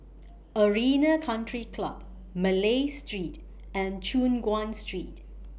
Arena Country Club Malay Street and Choon Guan Street